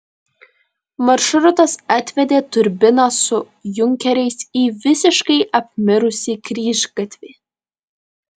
maršrutas atvedė turbiną su junkeriais į visiškai apmirusį kryžgatvį